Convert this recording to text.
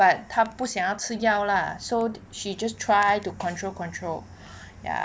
but 他不想要吃药 lah so she just try to control control ya